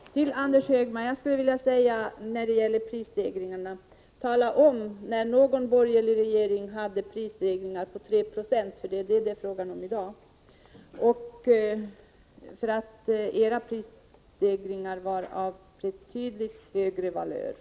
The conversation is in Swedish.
Fru talman! Till Anders Högmark vill jag säga när det gäller prisstegringarna: Tala om när någon borgerlig regering hade prisstegringar på 3 70 — för det är vad det är fråga om i dag! Era prisstegringar var av betydligt högre valör.